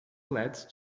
led